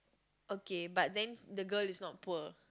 okay but then the girl is not poor